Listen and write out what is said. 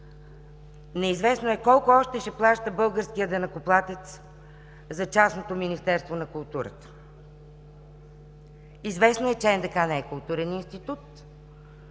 неизвестно е колко още ще плаща българският данъкоплатец за частното Министерство на културата. Известно е, че НДК не е културен институт,